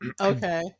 Okay